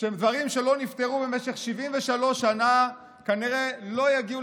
שדברים שלא נפתרו במשך 73 שנה כנראה לא יגיעו